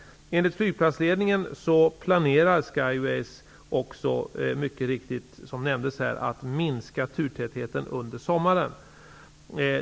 Enligt flygplatsledningen planerar Skyways, som också mycket riktigt nämndes här tidigare, att minska turtätheten under sommaren.